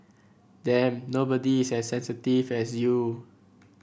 damn nobody is as sensitive as you